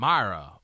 Myra